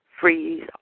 freeze